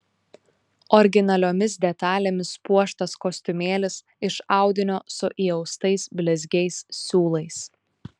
originaliomis detalėmis puoštas kostiumėlis iš audinio su įaustais blizgiais siūlais